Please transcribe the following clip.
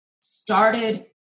started